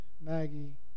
Maggie